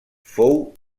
fou